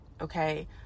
okay